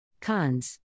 Cons